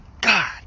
God